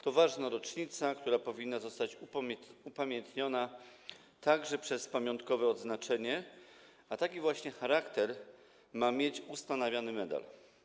To ważna rocznica, która powinna zostać upamiętniona także przez pamiątkowe odznaczenie, a taki właśnie charakter ma mieć ustanawiany medal.